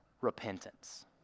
repentance